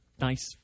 nice